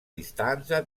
distanza